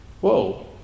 Whoa